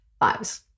lives